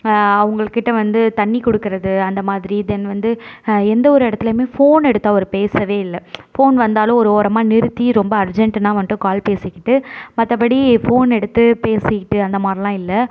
அவங்க கிட்டே வந்து தண்ணி கொடுக்குறது அந்த மாதிரி தென் வந்து எந்தவொரு இடத்துலியுமே ஃபோன் எடுத்து அவரு பேசவே இல்லை ஃபோன் வந்தாலும் ஒரு ஓரமாக நிறுத்தி ரொம்ப அர்ஜெண்ட்டுனால் மட்டும் கால் பேசிக்கிட்டு மற்றபடி ஃபோன் எடுத்து பேசிகிட்டு அந்த மாதிரிலாம் இல்லை